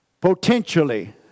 potentially